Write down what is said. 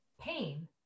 pain